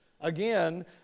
again